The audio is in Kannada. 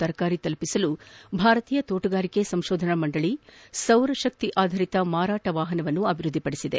ತರಕಾರಿ ತಲುಪಿಸಲು ಭಾರತೀಯ ತೋಟಗಾರಿಕಾ ಸಂತೋಧನಾ ಮಂಡಳಿ ಸೌರಶಕ್ತಿ ಆಧಾರಿತ ಮಾರಾಟ ವಾಪನವನ್ನು ಅಭಿವ್ಯಧಿಪಡಿಸಿದೆ